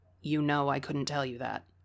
you-know-I-couldn't-tell-you-that